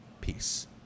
peace